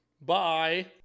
bye